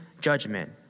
judgment